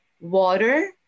water